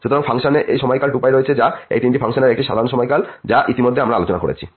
সুতরাং ফাংশনে এই সময়কাল 2π রয়েছে যা এই তিনটি ফাংশনের একটি সাধারণ সময়কাল যা আমি ইতিমধ্যে আলোচনা করেছি